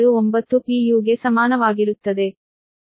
u ಗೆ ಸಮಾನವಾಗಿರುತ್ತದೆ